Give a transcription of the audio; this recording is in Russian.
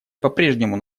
попрежнему